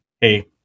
Hey